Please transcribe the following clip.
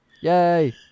Yay